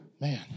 Man